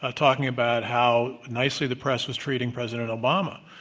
ah talking about how nicely the press was treating president obama.